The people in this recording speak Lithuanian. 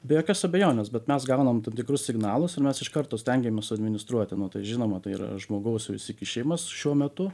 be jokios abejonės bet mes gaunam tam tikrus signalus ir mes iš karto stengiamės suadministruoti nu tai žinoma tai yra žmogaus įsikišimas šiuo metu